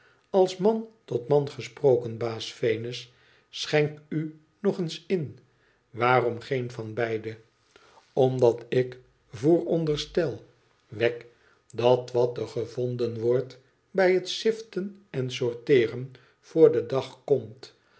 als man tot man gesproken baas venus schenk u nog een in waarom geen van beide omdat ik vooronderstel wegg dat wat er gevonden wordt bij het ziften en sorteeren voor den dag komt